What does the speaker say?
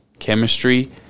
chemistry